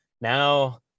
now